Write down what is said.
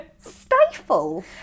Stifle